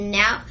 now